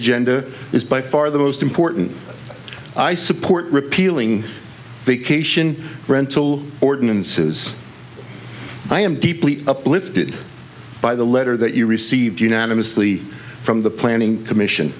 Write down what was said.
agenda is by far the most important i support repealing vacation rental ordinances i am deeply uplifted by the letter that you received unanimously from the planning commission